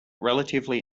relatively